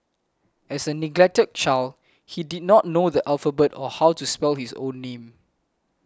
as a neglected child he did not know the alphabet or how to spell his own name